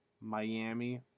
Miami